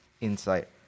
insight